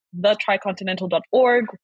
thetricontinental.org